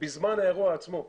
בזמן האירוע עצמו,